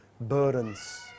burdens